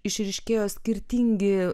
išryškėjo skirtingi